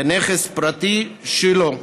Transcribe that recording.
כנכס פרטי שלו,